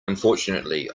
unfortunately